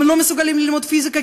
לא מסוגלים ללמוד פיזיקה,